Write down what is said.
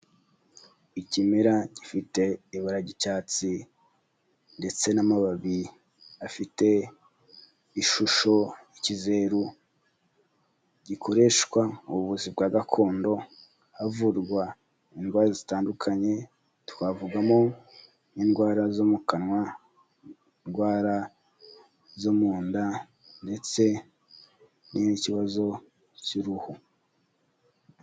Ikimera gifite ibara ry'icyatsi, ndetse n'amababi afite ishusho y'ikizeru, gikoreshwa mu buvuzi bwa gakondo, havurwa indwara zitandukanye twavugamo nk'inindwara zo mu kanwa, ndwara zo mu nda, ndetse n'ikibazo cy'uruhu.